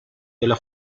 della